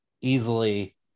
easily